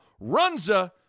Runza